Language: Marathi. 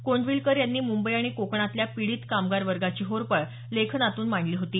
कोंडविलकर यांनी मुंबई आणि कोकणातल्या पीडित कामगार वर्गाची होरपळ लेखनातून मांडली होती